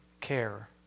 care